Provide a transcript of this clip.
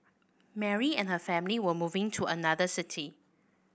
Mary and her family were moving to another city